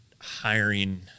hiring